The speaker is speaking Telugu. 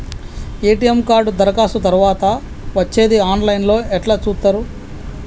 ఎ.టి.ఎమ్ కార్డు దరఖాస్తు తరువాత వచ్చేది ఆన్ లైన్ లో ఎట్ల చూత్తరు?